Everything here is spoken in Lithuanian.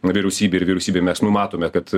vyriausybei ir vyriausybėj mes numatome kad